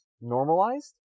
Normalized